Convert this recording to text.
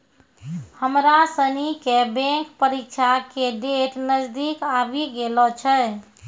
हमरा सनी के बैंक परीक्षा के डेट नजदीक आवी गेलो छै